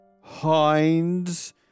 Hinds